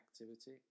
activity